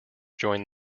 joined